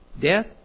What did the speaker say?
death